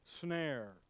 snare